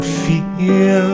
feel